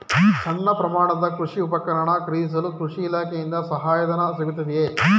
ಸಣ್ಣ ಪ್ರಮಾಣದ ಕೃಷಿ ಉಪಕರಣ ಖರೀದಿಸಲು ಕೃಷಿ ಇಲಾಖೆಯಿಂದ ಸಹಾಯಧನ ಸಿಗುತ್ತದೆಯೇ?